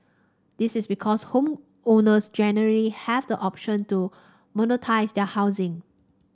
this is because homeowners generally have the option to monetise their housing